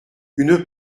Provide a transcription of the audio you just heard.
une